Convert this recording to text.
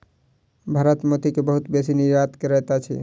भारत मोती के बहुत बेसी निर्यात करैत अछि